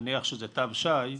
נניח שזה תו שי,